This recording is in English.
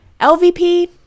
lvp